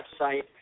website